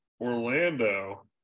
Orlando